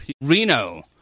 reno